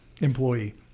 employee